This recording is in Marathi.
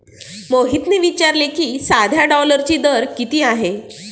मोहितने विचारले की, सध्या डॉलरचा दर किती आहे?